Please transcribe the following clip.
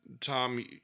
Tom